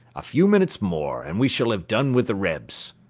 a few minutes more, and we shall have done with the rebs.